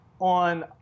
on